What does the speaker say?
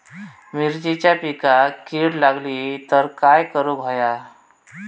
मिरचीच्या पिकांक कीड लागली तर काय करुक होया?